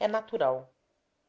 é natural